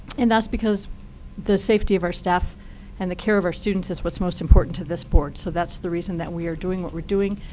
and that's because the safety of our staff and the care of our students is what's most important to this board. so that's the reason that we are doing what we're doing.